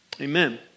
Amen